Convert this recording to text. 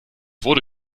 wurde